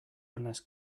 unless